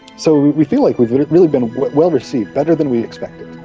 so we feel like we've really been well received, better than we expected.